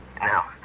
Now